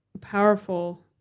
powerful